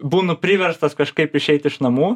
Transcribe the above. būnu priverstas kažkaip išeit iš namų